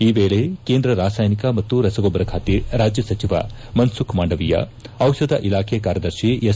ಈ ವೇಳೆ ಕೇಂದ್ರ ರಾಸಾಯನಿಕ ಮತ್ತು ರಸಗೊಬ್ಲರ ಖಾತೆ ರಾಜ್ಯ ಸಚಿವ ಮನ್ ಸುಖ್ ಮಾಂಡವೀಯ ಚಿಷಧ ಇಲಾಖೆ ಕಾರ್ಯದರ್ಶಿ ಎಸ್